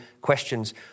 questions